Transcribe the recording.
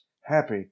happy